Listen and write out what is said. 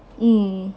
mm